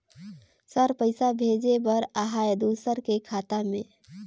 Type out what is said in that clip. Sir पइसा भेजे बर आहाय दुसर के खाता मे?